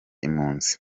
impunzi